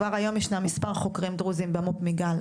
כבר היום ישנו מספר חוקרים דרוזים במו"פ מיגל,